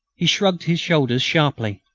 he shrugged his shoulders sharply.